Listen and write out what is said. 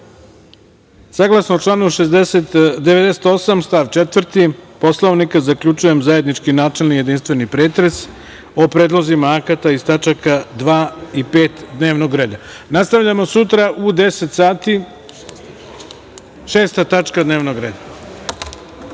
našalio. Saglasno članu 98. stav 4. Poslovnika zaključujem zajednički načelni jedinstveni pretres o predlozima akata iz tačaka 2. i 5. dnevnog reda. Nastavljamo sutra u 10,00 sati, sa 6. tačkom dnevnog reda.